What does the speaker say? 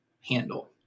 handle